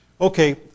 Okay